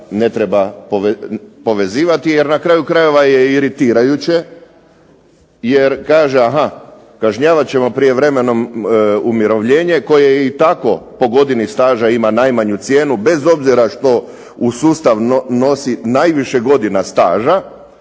ne treba povezivati jer na kraju krajeva je i iritirajuće jer kaže kažnjavat ćemo prijevremeno umirovljenje koje je i tako po godini staža ima najmanju cijenu, bez obzira što u sustav nosi najviše godina staža.